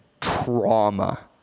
trauma